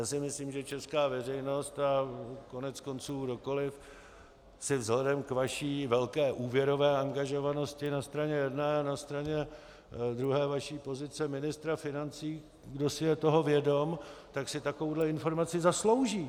Já si myslím, že česká veřejnost a koneckonců kdokoliv si vzhledem k vaší velké úvěrové angažovanosti na straně jedné a na straně druhé vaší pozice ministra financí, kdo si je toho vědom, tak si takovou informaci zaslouží.